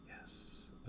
Yes